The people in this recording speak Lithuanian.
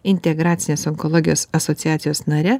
integracinės onkologijos asociacijos nare